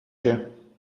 you